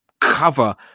cover